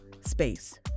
space